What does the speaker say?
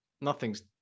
nothing's